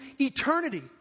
eternity